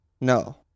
No